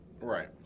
Right